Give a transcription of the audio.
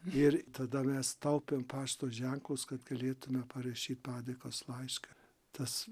ir tada mes taupėm pašto ženklus galėtume parašyt padėkos laišką tas